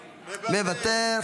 מוותר,